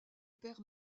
pères